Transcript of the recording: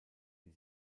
die